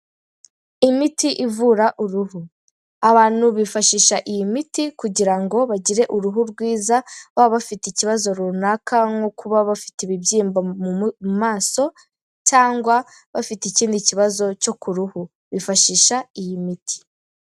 Imiti ivura uruhu, abantu bifashisha iyi miti kugira ngo bagire uruhu rwiza, baba bafite ikibazo runaka nko kuba bafite ibibyimba mu maso, cyangwa bafite ikindi kibazo cyo ku ruhu, bifashisha iyi miti.